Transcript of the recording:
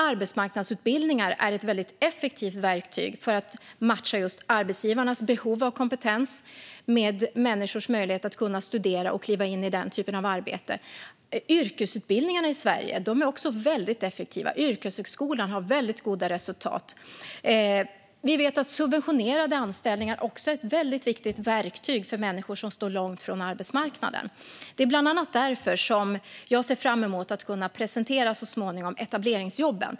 Arbetsmarknadsutbildningar är ett väldigt effektivt verktyg för att matcha arbetsgivarnas behov av kompetens med människors möjlighet att studera för att därefter kunna kliva in i arbete. Yrkesutbildningarna är också effektiva. Yrkeshögskolan har väldigt goda resultat. Även subventionerade anställningar är ett viktigt verktyg för människor som står långt från arbetsmarknaden. Det är bland annat därför som jag ser fram emot att så småningom kunna presentera etableringsjobben.